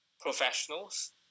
professionals